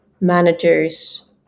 managers